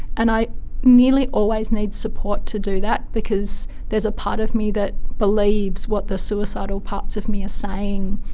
and i nearly always need support to do that because there is a part of me that believes what the suicidal parts of me are saying,